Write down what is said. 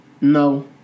No